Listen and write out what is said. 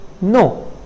No